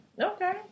Okay